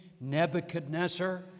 Nebuchadnezzar